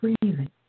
breathing